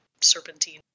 serpentine